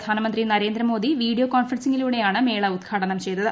പ്രധാനമന്ത്രി നരേന്ദ്രമോദി വീഡിയോ കോൺഫറൻസിംഗിലൂടെയാണ് മേള ഉദ്ഘാടനം ചെയ്തത്